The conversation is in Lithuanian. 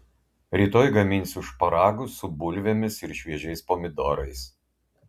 rytoj gaminsiu šparagus su bulvėmis ir šviežiais pomidorais